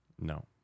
No